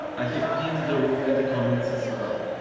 i have pinned the rule in the comments as well.